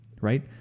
right